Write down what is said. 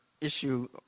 issue